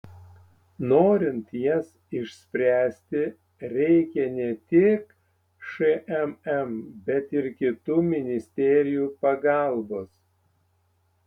norint jas išspręsti reikia ne tik šmm bet ir kitų ministerijų pagalbos